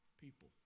people